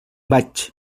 vaig